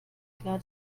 klar